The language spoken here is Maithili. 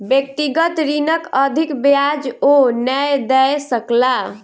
व्यक्तिगत ऋणक अधिक ब्याज ओ नै दय सकला